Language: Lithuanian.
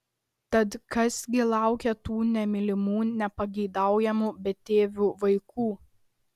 tad kas gi laukia tų nemylimų nepageidaujamų betėvių vaikų